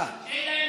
תן להם,